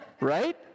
right